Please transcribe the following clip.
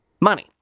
money